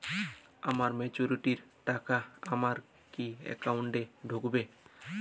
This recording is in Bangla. আমার ম্যাচুরিটির টাকা আমার কি অ্যাকাউন্ট এই ঢুকবে?